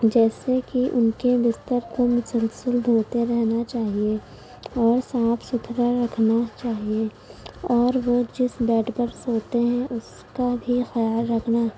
جیسے کہ ان کے بستر کو مسلسل دھوتے رہنا چاہیے اور صاف ستھرا رکھنا چاہیے اور وہ جس بیڈ پر سوتے ہیں اس کا بھی خیال رکھنا